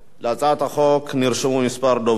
להצעת החוק נרשמו כמה דוברים.